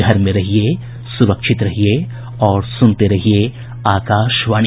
घर में रहिये सुरक्षित रहिये और सुनते रहिये आकाशवाणी